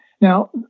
Now